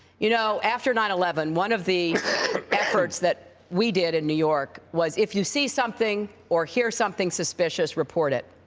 you know, after nine eleven, one of the efforts that we did in new york was if you see something or hear something suspicious, report it.